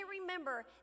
remember